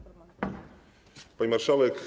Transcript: Pani Marszałek!